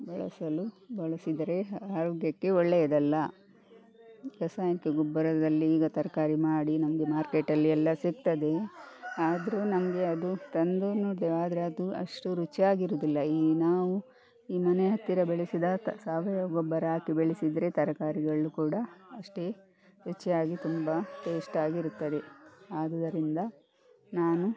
ಬಳಸಲು ಬಳಸಿದರೆ ಆರೋಗ್ಯಕ್ಕೆ ಒಳ್ಳೆಯದಲ್ಲ ರಾಸಾಯನಿಕ ಗೊಬ್ಬರದಲ್ಲಿ ಈಗ ತರಕಾರಿ ಮಾಡಿ ನಮಗೆ ಮಾರ್ಕೇಟಲ್ಲಿ ಎಲ್ಲ ಸಿಗ್ತದೆ ಆದರೂ ನಮಗೆ ಅದು ತಂದೂನು ಆದರೆ ಅದು ಅಷ್ಟು ರುಚಿಯಾಗಿರುವುದಿಲ್ಲ ಇಲ್ಲಿ ನಾವು ಈ ಮನೆಯ ಹತ್ತಿರ ಬೆಳೆಸಿದ ತ ಸಾವಯವ ತ ಗೊಬ್ಬರ ಹಾಕಿ ಬೆಳೆಸಿದರೆ ತರಕಾರಿಗಳನ್ನು ಕೂಡ ಅಷ್ಟೇ ರುಚಿಯಾಗಿ ತುಂಬ ಟೇಶ್ಟಾಗಿ ಇರುತ್ತದೆ ಆದುದರಿಂದ ನಾನು